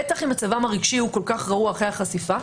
בטח אם מצבם הרגשי כל כך רעוע אחרי החשיפה.